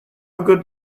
good